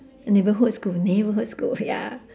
neighbourhood school neighbourhood school ya